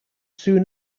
soon